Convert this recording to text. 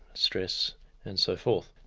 stress and so forth.